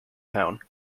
town